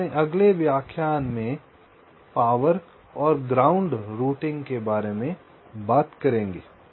हमारे अगले व्याख्यान में हम पावर और ग्राउंड रूटिंग के बारे में बात करेंगे